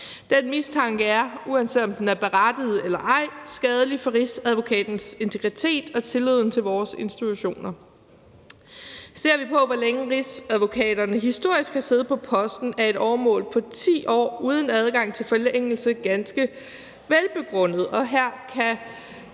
Den mistanke er, uanset om den er berettiget eller ej, skadelig for Rigsadvokatens integritet og tilliden til vores institutioner. Ser vi på, hvor længe rigsadvokaterne historisk har siddet på posten, er et åremål på 10 år uden adgang til forlængelse ganske velbegrundet,